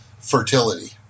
Fertility